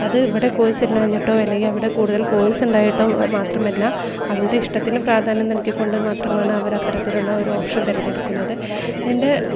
അത് ഇവിടെ കോഴ്സ് ഇല്ലാഞ്ഞിട്ടോ അല്ലെങ്കിൽ അവിടെ കൂടുതൽ കോഴ്സ് ഉണ്ടായിട്ടോ മാത്രമല്ല അവരുടെ ഇഷ്ടത്തിന് പ്രാധാന്യം നൽകി കൊണ്ട് മാത്രമാണ് അവർ അത്തരത്തിലുള്ള ഓപ്ഷൻ തിരഞ്ഞെടുക്കുന്നത് എൻ്റെ